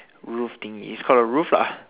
roof thingy is called a roof lah